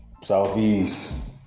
Southeast